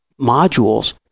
modules